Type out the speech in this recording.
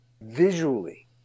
visually